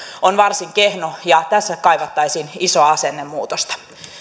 on varsin kehno ja tässä kaivattaisiin isoa asennemuutosta